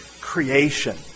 creation